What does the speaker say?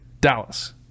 dallas